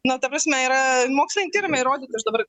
na ta prasme yra moksliniai tyrimai įrodyta aš dabar